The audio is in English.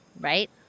right